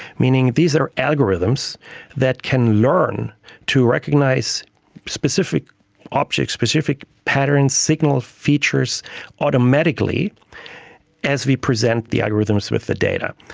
meaning these are algorithms that can learn to recognise specific objects, specific patterns, signal features automatically as we present the algorithms with the data.